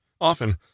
Often